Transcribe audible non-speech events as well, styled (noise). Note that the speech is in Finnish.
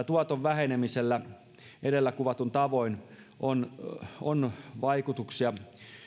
(unintelligible) tuoton vähenemisellä edellä kuvatuin tavoin on on vaikutuksia